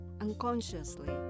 unconsciously